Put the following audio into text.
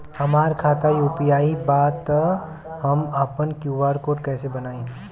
हमार खाता यू.पी.आई बा त हम आपन क्यू.आर कोड कैसे बनाई?